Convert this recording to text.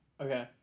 okay